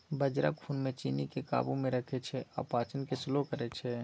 बजरा खुन मे चीन्नीकेँ काबू मे रखै छै आ पाचन केँ स्लो करय छै